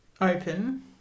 open